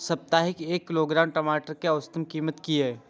साप्ताहिक एक किलोग्राम टमाटर कै औसत कीमत किए?